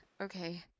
okay